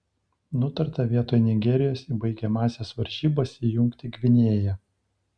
nutarta vietoj nigerijos į baigiamąsias varžybas įjungti gvinėją